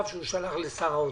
של בצלאל סמוטריץ'